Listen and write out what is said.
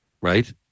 right